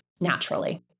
naturally